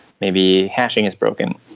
maybe hashing is broken.